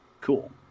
Cool